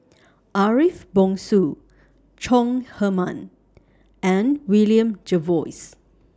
Ariff Bongso Chong Heman and William Jervois